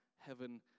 heaven